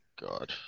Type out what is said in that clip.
God